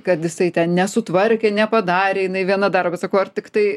kad jisai ten nesutvarkė nepadarė jinai viena daro bet sakau ar tiktai